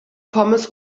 pommes